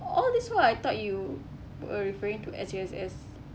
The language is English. all these while I thought you were referring to S_U_S_S